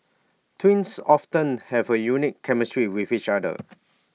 twins often have A unique chemistry with each other